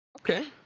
Okay